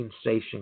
station